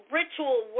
ritual